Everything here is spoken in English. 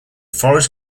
forest